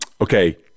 Okay